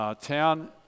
town